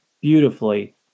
beautifully